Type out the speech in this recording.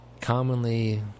commonly